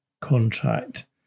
contract